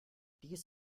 dies